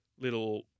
little